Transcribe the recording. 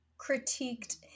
critiqued